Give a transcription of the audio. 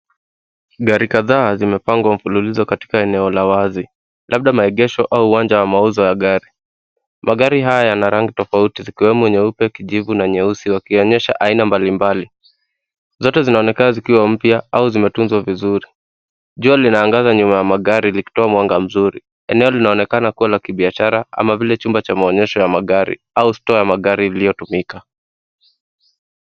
Gari kadhaa zimepangwa mfululizo katika eneo la wazi, labda maegesho au uwanja wa mauzo ya gari. Magari haya yana rangi tofauti, kama nyeupe, kijivu na nyeusi zikionyesha aina mbalimbali. Zote zinaonekana zikiwa mpya au zimetunzwa vizuri. JUa linaangaza nyuma ya magari likitoa mwanga mzuri. Eneo linaonekana kuwa la kibiashara ama vile chumba cha maonyesho ya magari au store ya magari iiyotumika.